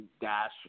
Dash